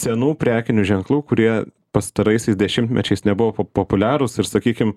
senų prekinių ženklų kurie pastaraisiais dešimtmečiais nebuvo pop populiarūs ir sakykim